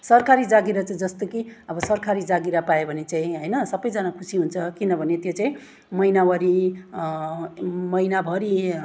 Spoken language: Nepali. सरकारी जागिर जस्तो कि अब सरकारी जागिर पायो भने चाहिँ होइन सबैजना खुसी हुन्छ किनभने त्यो चाहिँ महिनावरी महिनाभरि